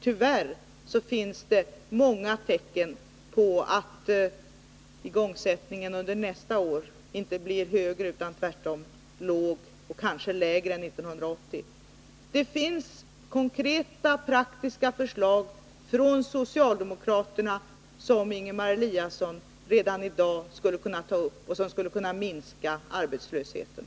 Tyvärr tyder många tecken på att igångsättningen under nästa år inte blir högre, utan tvärtom kanske lägre än 1980. Det finns konkreta, praktiska förslag från socialdemokraterna som Ingemar Eliasson redan i dag skulle kunna ta fasta på och som skulle kunna minska arbetslösheten.